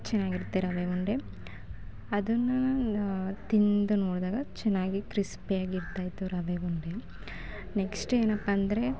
ಚೆನ್ನಾಗಿರ್ತೆ ರವೆ ಉಂಡೆ ಅದನ್ನು ನಾ ತಿಂದು ನೋಡಿದಾಗ ಚೆನ್ನಾಗಿ ಕ್ರಿಸ್ಪಿಯಾಗಿ ಇರ್ತಾಯಿತ್ತು ರವೆ ಉಂಡೆ ನೆಕ್ಸ್ಟ್ ಏನಪ್ಪಾ ಅಂದರೆ